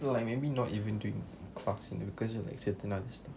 no like maybe not even doing stuff cause you know like doing other stuff